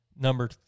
number